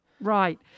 Right